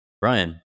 Brian